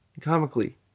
Comically